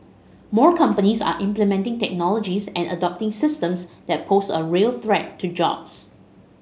more companies are implementing technologies and adopting systems that pose a real threat to jobs